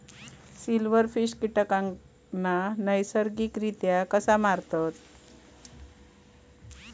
Silverfish कीटकांना नैसर्गिकरित्या कसा मारतत?